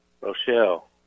Rochelle